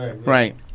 right